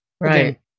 Right